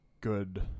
good